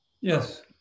Yes